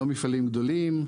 לא מפעלים גדולים,